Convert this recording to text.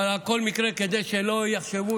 אבל על כל מקרה, כדי שלא יחשבו,